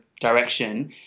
direction